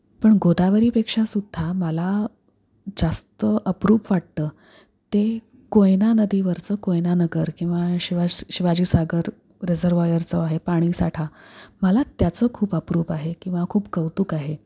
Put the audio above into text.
पण गोदावरीपेक्षा सुद्धा मला जास्त अप्रूप वाटतं ते कोयना नदीवरचं कोयनानगर किंवा शिवास शिवाजी सागर रिझर्व्हायर जो आहे पाणीसाठा मला त्याचं खूप अप्रूप आहे किंवा खूप कौतुक आहे